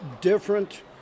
different